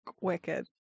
wicked